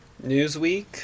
Newsweek